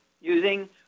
using